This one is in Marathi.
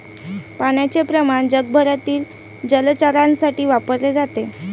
पाण्याचे प्रमाण जगभरातील जलचरांसाठी वापरले जाते